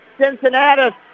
Cincinnati